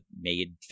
made